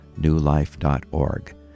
newlife.org